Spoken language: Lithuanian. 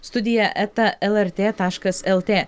studija eta lrt taškas lt